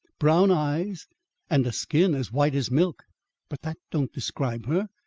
brown eyes and a skin as white as milk but that don't describe her.